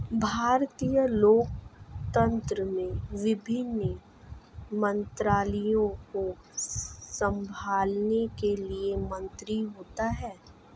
भारतीय लोकतंत्र में विभिन्न मंत्रालयों को संभालने के लिए मंत्री होते हैं